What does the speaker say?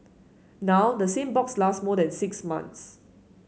now the same box last more than six months